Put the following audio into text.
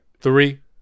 Three